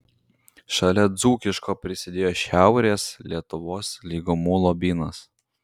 šalia dzūkiško prisidėjo šiaurės lietuvos lygumų lobynas